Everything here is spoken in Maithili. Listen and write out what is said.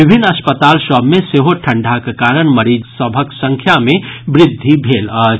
विभिन्न अस्पताल सभ मे सेहो ठंडाक कारण मरीज सभक संख्या मे वृद्धि भेल अछि